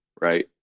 right